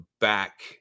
back